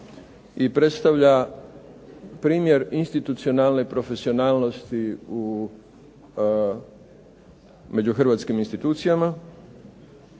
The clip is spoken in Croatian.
i predstavlja primjer institucionalne profesionalnosti među hrvatskim institucijama,